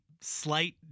slight